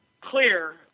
clear